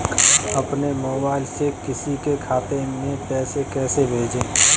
अपने मोबाइल से किसी के खाते में पैसे कैसे भेजें?